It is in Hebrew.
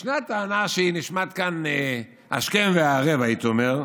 ישנה טענה שנשמעת כאן השכם והערב, הייתי אומר,